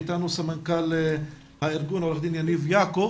איתנו סמנכ"ל הארגון, עו"ד יניב יעקב,